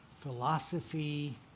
philosophy